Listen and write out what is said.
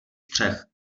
střech